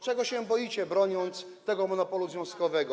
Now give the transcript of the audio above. Czego się boicie, broniąc tego monopolu związkowego?